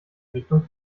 richtung